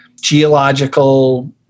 geological